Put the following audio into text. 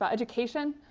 but education,